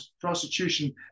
prostitution